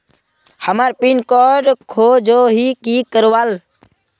हमार pin code खोजोही की करवार?